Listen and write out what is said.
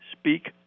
speak